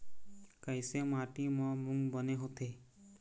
कइसे माटी म मूंग बने होथे?